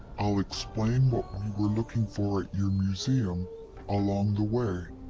i'll explain what we were looking for at your museum along the way.